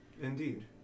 indeed